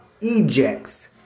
ejects